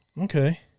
Okay